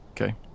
Okay